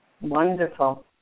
Wonderful